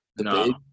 No